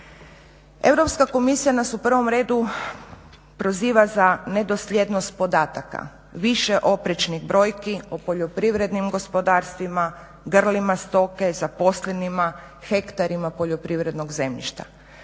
Europska komisija nas u prvom redu proziva za nedosljednost podataka, više oprečnih brojki o poljoprivrednim gospodarstvima, grlima stoke, zaposlenima, hektarima poljoprivrednog zemljišta.